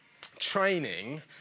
training